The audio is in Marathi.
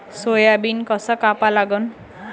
सोयाबीन कस कापा लागन?